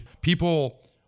People